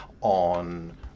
on